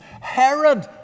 Herod